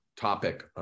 topic